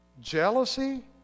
Jealousy